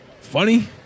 Funny